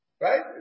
right